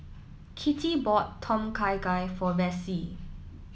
Kitty bought Tom Kha Gai for Vassie